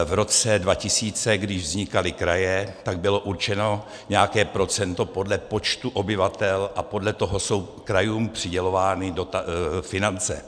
V roce 2000, když vznikaly kraje, tak bylo určeno nějaké procento podle počtu obyvatel a podle toho jsou krajům přidělovány finance.